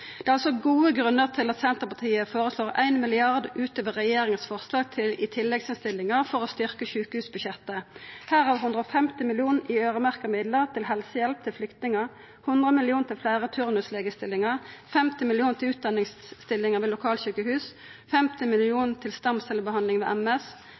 Det er altså gode grunnar til at Senterpartiet føreslår 1 mrd. kr utover regjeringa sitt forslag i tilleggsinnstillinga for å styrkja sjukehusbudsjettet, av dette 150 mill. kr i øyremerkte midlar til helsehjelp til flyktningar, 100 mill. kr til fleire turnuslegestillingar, 50 mill. kr til utdanningsstillingar ved lokalsjukehus, 50 mill. kr til stamcellebehandling mot MS